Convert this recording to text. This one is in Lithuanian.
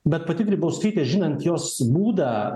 bet pati grybauskaitė žinant jos būdą